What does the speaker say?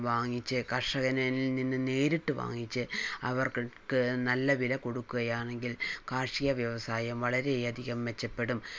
വാങ്ങിച്ചു കർഷകനിൽ നിന്ന് നേരിട്ട് വാങ്ങിച്ചു അവർക്ക് നല്ല വില കൊടുക്കുകയാണെങ്കിൽ കാർഷിക വ്യവസായം വളരെയധികം മെച്ചപ്പെടും